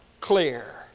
clear